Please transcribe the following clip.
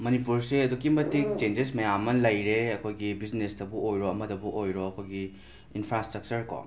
ꯃꯅꯤꯄꯨꯔꯁꯦ ꯑꯗꯨꯛꯀꯤ ꯃꯇꯤꯛ ꯆꯦꯟꯖꯦꯁ ꯃꯌꯥꯝ ꯑꯃ ꯂꯩꯔꯦ ꯑꯩꯈꯣꯏꯒꯤ ꯕꯤꯖꯤꯅꯦꯁꯇꯕꯨ ꯑꯣꯏꯔꯣ ꯑꯃꯗꯕꯨ ꯑꯣꯏꯔꯣ ꯑꯩꯈꯣꯏꯒꯤ ꯏꯟꯐ꯭ꯔꯥꯁ꯭ꯇ꯭ꯔꯛꯆꯔ ꯀꯣ